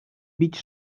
bić